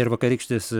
ir vakarykštis